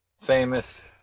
famous